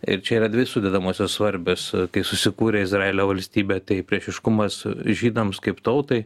ir čia yra dvi sudedamosios svarbios kai susikūrė izraelio valstybė tai priešiškumas žydams kaip tautai